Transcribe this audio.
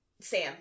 Sam